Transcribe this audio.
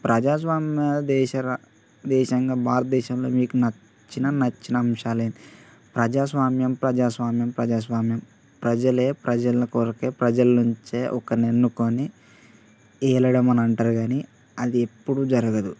ప్రజాస్వామ్య దేశ ర దేశంగా భారతదేశంలో మీకు నచ్చిన నచ్చిన అంశాలు ప్రజాస్వామ్యం ప్రజాస్వామ్యం ప్రజాస్వామ్యం ప్రజలే ప్రజల కొరకే ప్రజల నుంచే ఒకరిని ఎన్నుకొని ఏలడం అని అంటారు కాని అది ఎప్పుడు జరగదు